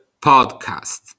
Podcast